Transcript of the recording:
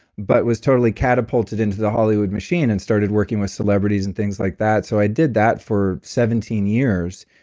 but was totally catapulted into the hollywood machine and started working with celebrities and things like that, and so i did that for seventeen years,